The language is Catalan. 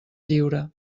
lliure